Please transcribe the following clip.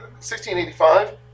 1685